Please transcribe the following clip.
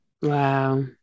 Wow